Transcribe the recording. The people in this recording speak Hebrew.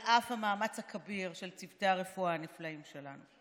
על אף המאמץ הכביר של צוותי הרפואה הנפלאים שלנו.